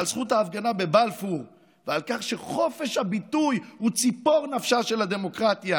על זכות ההפגנה בבלפור ועל כך שחופש הביטוי הוא ציפור נפשה של הדמוקרטיה